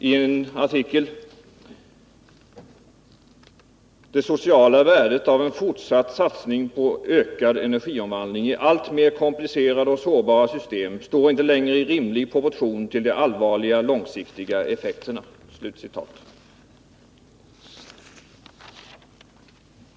i en artikel: Det sociala värdet av en fortsatt satsning på ökad energiomvandling i alltmer komplicerade och sårbara system står inte längre i rimlig proportion till de allvarliga långsiktiga effekterna.